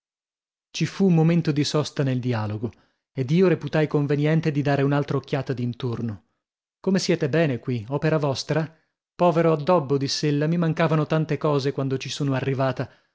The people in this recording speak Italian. ci fu un momento di sosta nel dialogo ed io reputai conveniente di dare un'altra occhiata dintorno come siete bene qui opera vostra povero addobbo diss'ella mi mancavano tante cose quando ci sono arrivata